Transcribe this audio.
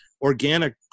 organic